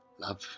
Love